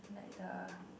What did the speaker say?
like the